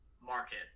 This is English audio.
market